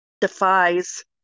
defies